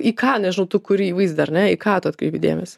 į ką nežinau tu kuri įvaizdį ar ne į ką tu atkreipi dėmesį